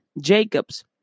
Jacob's